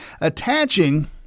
attaching